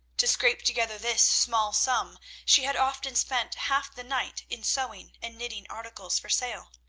to scrape together this small sum she had often spent half the night in sewing and knitting articles for sale.